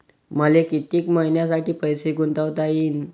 मले कितीक मईन्यासाठी पैसे गुंतवता येईन?